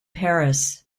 paris